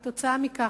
כתוצאה מכך,